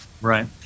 Right